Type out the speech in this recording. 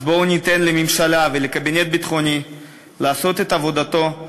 אז בואו ניתן לממשלה ולקבינט הביטחוני לעשות את עבודתם,